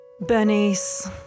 Bernice